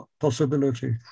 possibility